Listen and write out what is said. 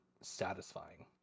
satisfying